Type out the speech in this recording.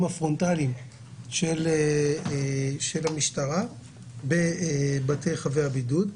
הפרונטליים של המשטרה בבתי חבי הבידוד.